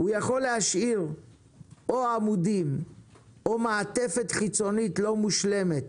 הוא יכול להשאיר או עמודים או מעטפת חיצונית לא מושלמת